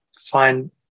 find